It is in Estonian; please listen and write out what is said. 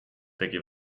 tegi